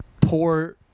poor